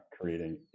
creating